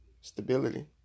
stability